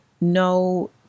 no